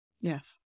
Yes